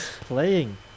playing